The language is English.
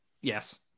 Yes